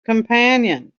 companion